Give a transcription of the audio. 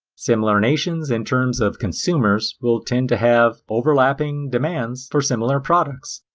similar nations in terms of consumers will tend to have overlapping demands for similar products.